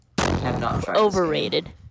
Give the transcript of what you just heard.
overrated